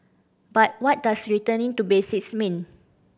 but what does returning to basics mean